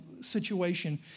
situation